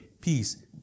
peace